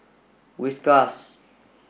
Whiskas